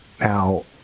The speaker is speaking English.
Now